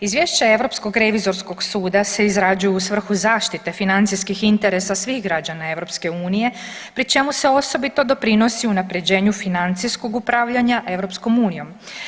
Izvješće Europskog revizorskog suda se izrađuje u svrhu zaštite financijskih interesa svih građana EU pri čemu se osobito doprinosi unapređenju financijskog upravljanja EU.